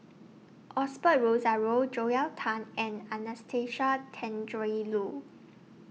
Osbert Rozario Joel Tan and Anastasia Tjendri Lu